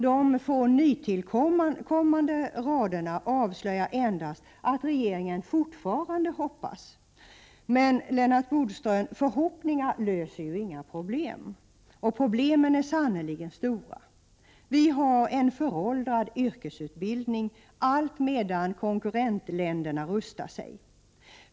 De få nytillkomna raderna avslöjar endast att regeringen fortfarande hoppas. Men, Lennart Bodström, förhoppningar löser ju inga problem. Och problemen är sannerligen stora. Vi har en föråldrad yrkesutbildning allt medan konkurrentländerna rustar sig.